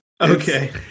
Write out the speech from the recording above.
Okay